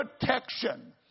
protection